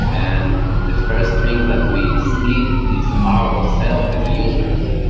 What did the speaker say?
and the first thing that we see is our self as users,